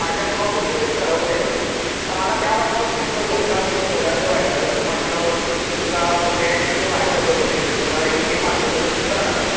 माझ्या स्वखुशीनी ठरवलं आहे सर तर मला त्याबाबतीत तुमचं योगदान खूप मोलाचं वाटलं तर म्हटलं तुमचा फोन येण्याचीच मी वाट बघत होते की तुम्ही मला योग्य मार्गदर्शन कराल